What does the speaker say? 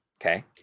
okay